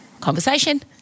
conversation